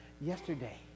yesterday